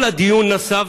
כל הדיון נסב